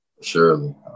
Surely